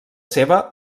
seva